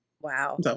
Wow